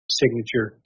signature